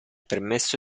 permesso